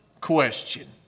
question